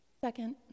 Second